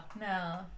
No